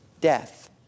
death